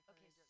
Okay